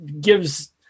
gives